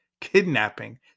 kidnapping